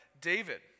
David